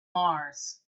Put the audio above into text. mars